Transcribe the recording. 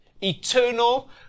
eternal